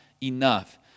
enough